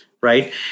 Right